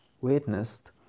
witnessed